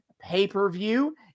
pay-per-view